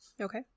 Okay